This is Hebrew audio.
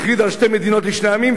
הכריזה על שתי מדינות לשני עמים,